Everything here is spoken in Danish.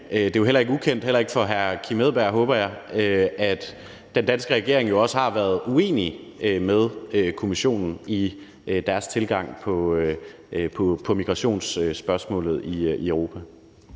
det er jo heller ikke ukendt for nogen, heller ikke for hr. Kim Edberg Andersen, håber jeg, at den danske regering også har været uenig med Kommissionen i deres tilgang i migrationsspørgsmålet i Europa.